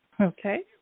okay